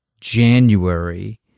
January